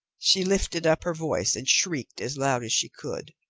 she lifted up her voice and shrieked as loud as she could.